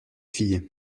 fille